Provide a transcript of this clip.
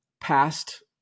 past